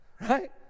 Right